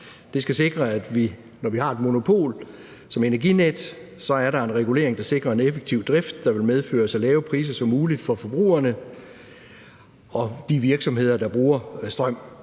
Det skal sikre, at der, når vi har et monopol som Energinet, er en regulering, der sikrer en effektiv drift, der vil medføre så lave priser som muligt for forbrugerne og de virksomheder, der bruger strøm.